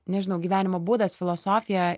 nežinau gyvenimo būdas filosofija